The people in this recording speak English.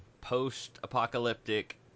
post-apocalyptic